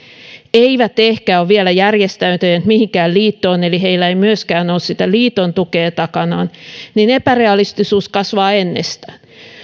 eivät ehkä ole vielä järjestäytyneet mihinkään liittoon eli heillä ei myöskään ole sitä liiton tukea takanaan niin epärealistisuus kasvaa ennestään